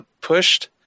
pushed